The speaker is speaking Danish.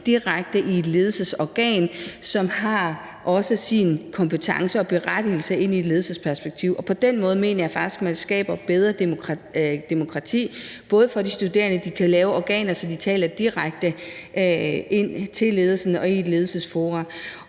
direkte i et ledelsesorgan, som også har sin kompetence og berettigelse set i et ledelsesperspektiv. På den måde mener jeg faktisk at man skaber mere demokrati for de studerende. De kan lave organer, så de taler direkte til ledelsen og i et ledelsesforum.